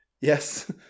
Yes